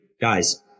Guys